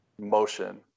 motion